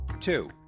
Two